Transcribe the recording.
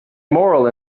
moral